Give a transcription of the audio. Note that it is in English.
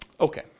Okay